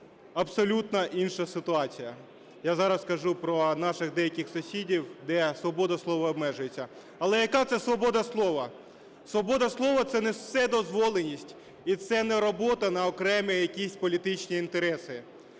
абсолютно інша ситуація. Я зараз кажу про наших деяких сусідів, де свобода слова обмежується. Але яка це свобода слова? Свобода слова – це не вседозволеність і це не робота на окремі якісь політичні інтереси.